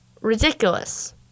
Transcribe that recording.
ridiculous